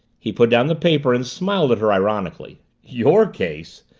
he put down the paper and smiled at her ironically. your case!